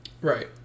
Right